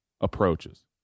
approaches